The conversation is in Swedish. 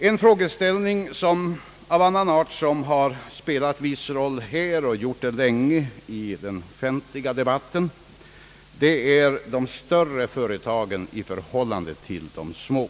En frågeställning av annan art, som har spelat en viss roll här och som har gjort det länge i den offentliga debatten, är de större företagen i förhållande till de små.